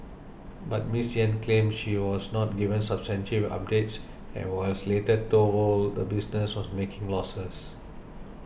but Miss Yen claims she was not given substantive updates and was later told the business was making losses